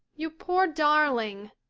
you poor darling,